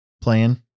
playing